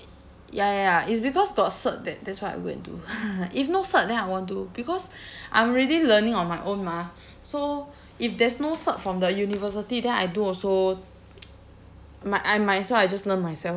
ya ya ya it's because got cert that that's why I will go and do if no cert then I won't do because I'm already learning on my own mah so if there's no cert from the university then I do also might I might as well I just learn myself